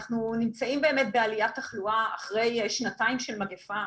אנחנו נמצאים באמת בעליית תחלואה אחרי שנתיים של מגיפה,